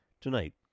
Tonight